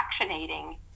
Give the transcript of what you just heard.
fractionating